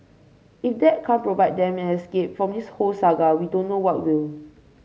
if that can't provide them an escape from this whole saga we don't know what will